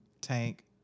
Tank